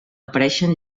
apareixen